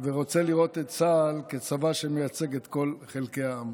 ורוצה לראות את צה"ל כצבא שמייצג את כל חלקי העם.